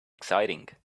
exciting